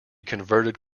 converted